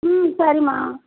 ம் சரிம்மா